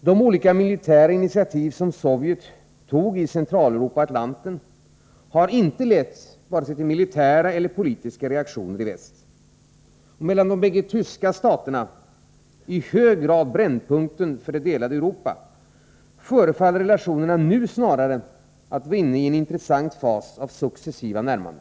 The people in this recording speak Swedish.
De olika militära initiativ som Sovjet tog i Centraleuropa och Atlanten har inte lett till vare sig militära eller politiska reaktioner i väst. Mellan de bägge tyska staterna — i hög grad brännpunkten för det delade Europa — förefaller relationerna nu snarare att vara inne i en intressant fas av successiva närmanden.